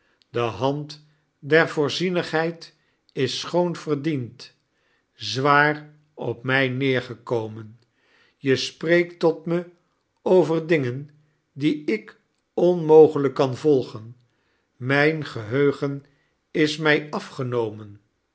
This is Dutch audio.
de hand der voorziemigheid is schoon verdiend zwaar op mij neeqgekpmen je spreekt tot me over dingen die ik onmogelijk kan volgen mijn geheugen is mij afgenomen